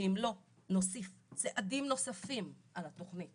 שאם לא נוסיף צעדים נוספים על התוכנית